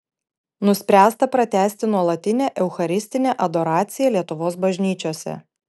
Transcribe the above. nuspręsta pratęsti nuolatinę eucharistinę adoraciją lietuvos bažnyčiose